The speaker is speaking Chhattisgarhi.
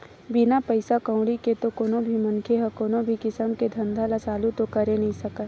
बिना पइसा कउड़ी के तो कोनो भी मनखे ह कोनो भी किसम के धंधा ल चालू तो करे नइ सकय